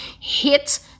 hit